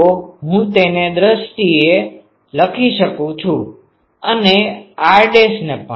તો હું તેને તે દ્રષ્ટિએ લખી શકું છું અને આ r ડેશ ને પણ